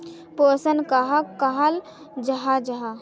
पोषण कहाक कहाल जाहा जाहा?